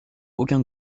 aucun